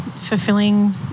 fulfilling